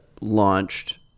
launched